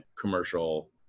commercial